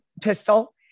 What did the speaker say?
pistol